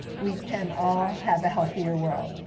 we can all have a healthier world.